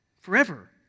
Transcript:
Forever